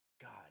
God